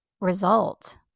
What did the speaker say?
result